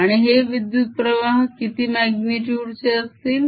आणि हे विद्युत्प्रवाह किती magnitude चे असतील